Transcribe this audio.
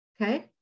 okay